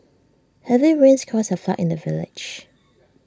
heavy rains caused A flood in the village